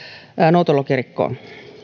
noutolokerikkoon